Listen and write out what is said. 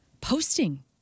posting